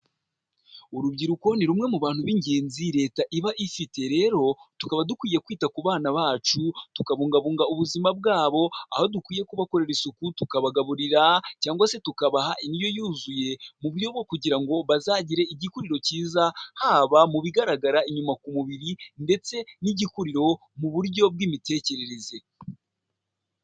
Urubyiruko ni rumwe mu bantu b'ingenzi leta iba ifite, rero tukaba dukwiye kwita ku bana bacu tubungabunga ubuzima bwabo, aho dukwiye kubakorera isuku tukabagaburira cyangwa se tukabaha indyo yuzuye muburyo bwo kugira ngo bazagire igikuriro cyiza, haba mu bigaragara inyuma ku mubiri ndetse n'igikuriro mu buryo bw'imitekerereze.